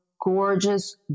Gorgeous